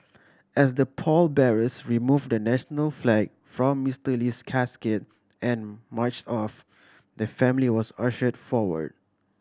as the pallbearers removed the national flag from Mister Lee's casket and march off the family was ushered forward